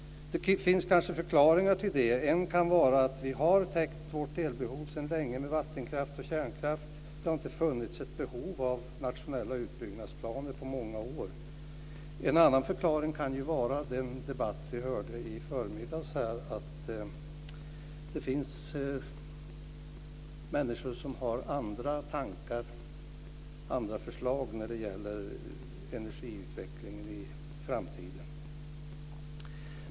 Det finns kanske förklaringar till det. En kan vara att vi sedan länge har täckt vårt elbehov med vattenkraft och kärnkraft. Det har inte på många år funnits ett behov av nationella utbyggnadsplaner. En annan förklaring kan ju handla om den debatt som vi hörde i förmiddags. Det finns människor som har andra tankar, andra förslag, när det gäller energiutvecklingen i framtiden.